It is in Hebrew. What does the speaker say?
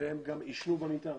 והם גם עישנו במיטה.